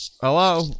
Hello